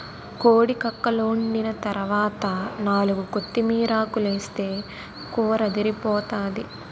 కోడి కక్కలోండిన తరవాత నాలుగు కొత్తిమీరాకులేస్తే కూరదిరిపోతాది